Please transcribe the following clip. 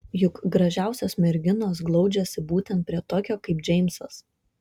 juk gražiausios merginos glaudžiasi būtent prie tokio kaip džeimsas